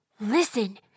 Listen